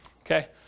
Okay